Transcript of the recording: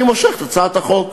אני מושך את הצעת החוק.